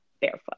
barefoot